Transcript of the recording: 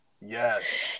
Yes